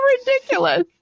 ridiculous